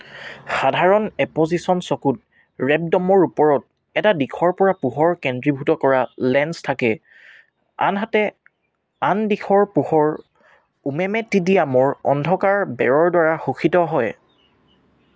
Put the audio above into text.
সাধাৰণ এপজিচন চকুত ৰেবডমৰ ওপৰত এটা দিশৰ পৰা পোহৰ কেন্দ্ৰীভূত কৰা লেন্স থাকে আনহাতে আন দিশৰ পোহৰ ওমমেটিডিয়ামৰ অন্ধকাৰ বেৰৰ দ্বাৰা শোষিত হয়